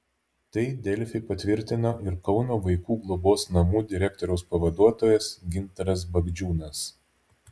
tai delfi patvirtino ir kauno vaikų globos namų direktoriaus pavaduotojas gintaras bagdžiūnas